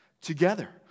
together